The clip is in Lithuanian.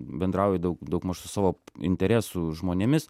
bendrauji daug daugmaž su savo interesų žmonėmis